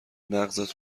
مغزت